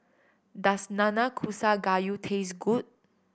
does Nanakusa Gayu taste good